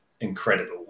incredible